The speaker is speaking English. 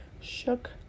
shook